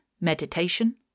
Meditation